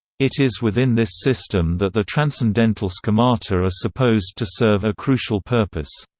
it is within this system that the transcendental schemata are ah supposed to serve a crucial purpose.